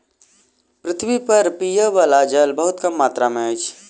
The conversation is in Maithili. पृथ्वी पर पीबअ बला जल बहुत कम मात्रा में अछि